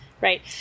Right